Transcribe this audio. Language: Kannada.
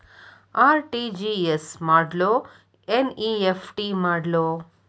ಆರ್.ಟಿ.ಜಿ.ಎಸ್ ಮಾಡ್ಲೊ ಎನ್.ಇ.ಎಫ್.ಟಿ ಮಾಡ್ಲೊ?